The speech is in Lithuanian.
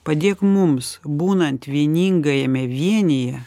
padėk mums būnant vieningajame vienyje